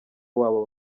wabo